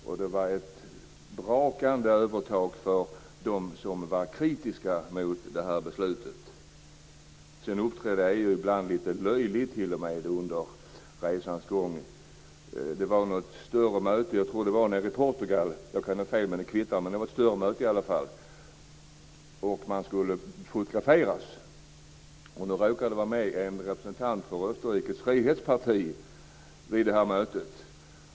De visade på ett enormt övertag för dem som var kritiska mot det här beslutet. Sedan uppträdde EU ibland t.o.m. lite löjligt under resans gång. Det var ett större möte - jag tror att det var i Portugal - där deltagarna skulle fotograferas. Vid mötet råkade en representant för Österrikes frihetsparti vara med.